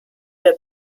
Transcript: der